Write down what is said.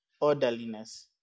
orderliness